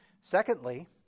Secondly